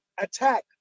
attack